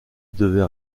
devait